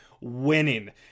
winning